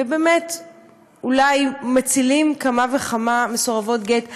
ובאמת אולי מצילים כמה וכמה מסורבות גט,